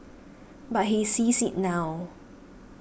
but he sees it now